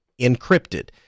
encrypted